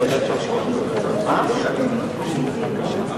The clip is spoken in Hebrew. פחות למצב סוציו-אקונומי נתון,